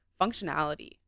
functionality